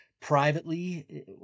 Privately